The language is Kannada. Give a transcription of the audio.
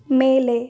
ಮೇಲೆ